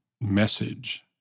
message